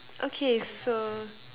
okay so